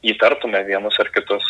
įtartume vienus ar kitus